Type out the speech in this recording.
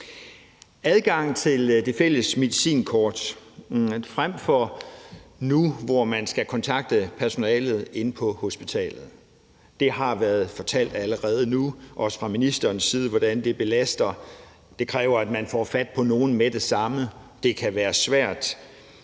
adgang til det fælles medicinkort nu, hvor man skal kontakte personalet på hospitalet, så har det været fortalt allerede, også fra ministerens side, hvordan det belaster, for det kræver, at man får fat på nogle med det samme, og det kan være svært.